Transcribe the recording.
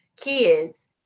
kids